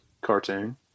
cartoon